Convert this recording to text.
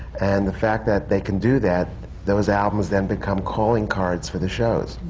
and the fact that they can do that, those albums then become calling cards for the shows.